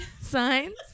signs